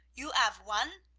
you ave one,